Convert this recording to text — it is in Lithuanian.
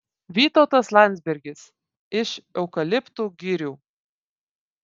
vytautas landsbergis iš eukaliptų girių